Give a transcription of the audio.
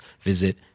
visit